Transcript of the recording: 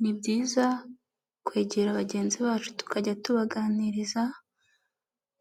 Ni byiza kwegera bagenzi bacu tukajya tubaganiriza